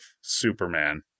Superman